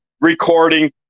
recording